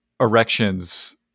erections